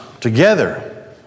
together